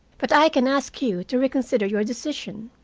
but i can ask you to reconsider your decision.